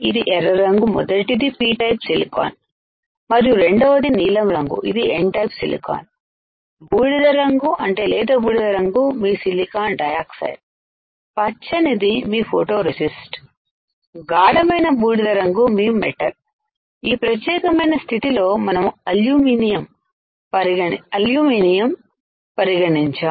ఇదిఎర్ర రంగు మొదటిది P type silicon మరియు రెండవది నీలం రంగు ఇది N టైప్ సిలికాన్ బూడిదరంగు అంటే లేత బూడిద రంగు మీ సిలికాన్ డయాక్సైడ్ పచ్చనిది మీ ఫోటో రెసి స్ట్ గాఢమైన బూడిదరంగు మీ మెటల్ ఈ ప్రత్యేకమైన స్థితిలో మనము అల్యూమినియం పరిగణించాము